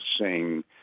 sing